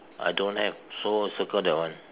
I don't have so circle that one